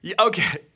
Okay